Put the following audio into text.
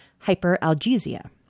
hyperalgesia